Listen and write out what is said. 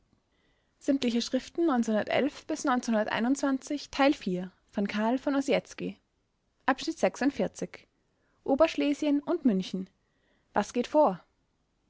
volk oberschlesien und münchen was geht vor